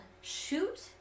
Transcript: shoot